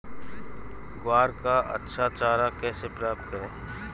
ग्वार का अच्छा चारा कैसे प्राप्त करें?